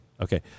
Okay